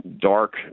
dark